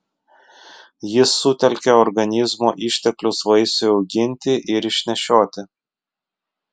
jis sutelkia organizmo išteklius vaisiui auginti ir išnešioti